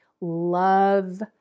Love